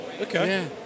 Okay